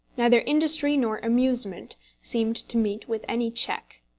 neither industry nor amusement seemed to meet with any check.